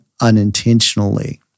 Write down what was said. unintentionally